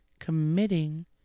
committing